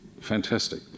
fantastic